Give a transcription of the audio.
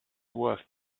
worth